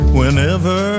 whenever